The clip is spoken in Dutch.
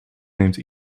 neemt